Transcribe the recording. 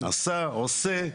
עשה, עושה.